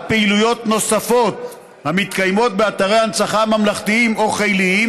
פעילויות נוספות המתקיימות באתר הנצחה ממלכתיים או חיליים,